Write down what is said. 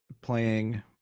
playing